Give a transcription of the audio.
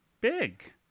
Big